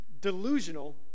delusional